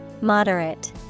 Moderate